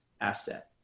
asset